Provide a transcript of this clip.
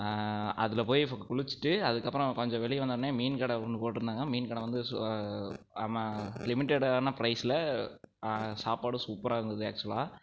அதில் போய் குளிச்சுட்டு அதுக்கப்புறம் கொஞ்சம் வெளியே வந்தோவுன்னே மீன் கடை ஒன்று போட்டிருந்தாங்க மீன் கடை வந்து சு அ ம லிமிட்டெடான ப்ரைஸ்சில் சாப்பாடும் சூப்பராக இருந்தது ஆக்சுவலாக